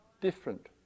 different